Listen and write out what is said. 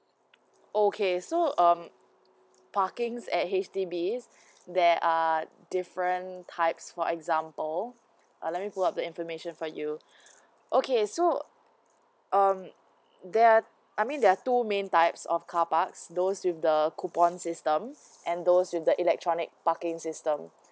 okay so um parking at H_D_B there are different types for example uh let me pull out the information for you okay so um there are I mean there are two main types of carparks those with the coupon systems and those with the electronic parking system